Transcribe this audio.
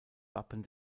wappen